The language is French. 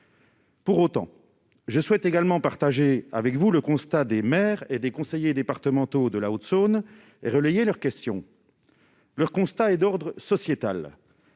Pour autant, je souhaite également partager avec vous, le constat des maires et des conseillers départementaux de la Haute-Saône relayer leurs questions, le constat est d'ordre sociétal